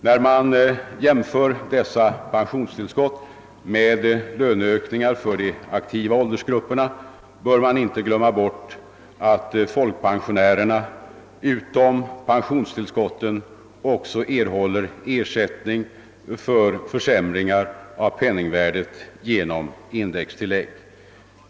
När man jämför dessa pensionstillskott med löneökningar för de aktiva åldersgrupperna bör man inte glömma att folkpensionärerna utom pensionstillskotten också erhåller ersättning för försämringar av penningvärdet genom indextillägg.